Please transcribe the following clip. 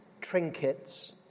trinkets